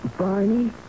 Barney